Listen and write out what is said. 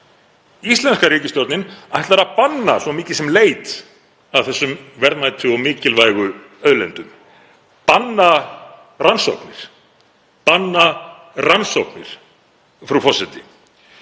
Íslenska ríkisstjórnin ætlar að banna svo mikið sem leit að þessum verðmætu og mikilvægu auðlindum. Banna rannsóknir, banna rannsóknir, frú forseti.